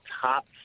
top